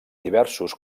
diversos